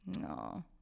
No